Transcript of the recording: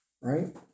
Right